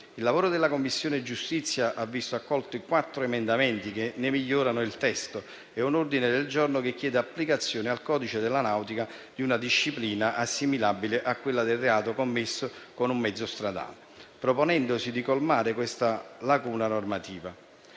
Il lavoro della Commissione giustizia ha visto accolti quattro emendamenti che ne migliorano il testo e un ordine del giorno che chiede applicazione al codice della nautica di una disciplina assimilabile a quella del reato commesso con un mezzo stradale, proponendosi di colmare questa lacuna normativa.